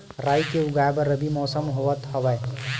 राई के उगाए बर रबी मौसम होवत हवय?